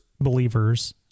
believers